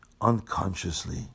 unconsciously